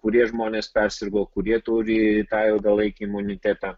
kurie žmonės persirgo kurie turi tą ilgalaikį imunitetą